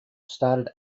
started